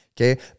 Okay